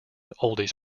oldies